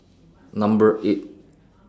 Number eight